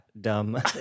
dumb